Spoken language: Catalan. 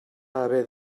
haver